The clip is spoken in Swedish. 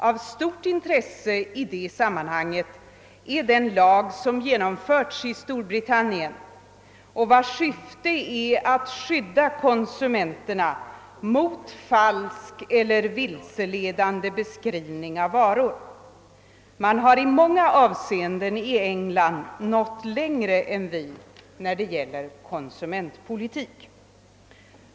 Av stort intresse i sammanhanget är den lag som genomförts i Storbritannien och vars syfte är att skydda konsumenterna mot falsk eller vilseledande beskrivning av varor. Man har i många avseenden i England nått längre än vi när det gäller konsumentpolitik.